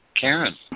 Karen